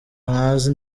ntazi